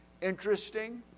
interesting